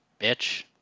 bitch